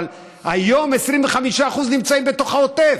אבל היום 25% נמצאים בתוך העוטף.